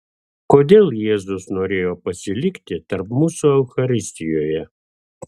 kodėl jėzus norėjo pasilikti tarp mūsų eucharistijoje